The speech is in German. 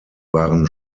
waren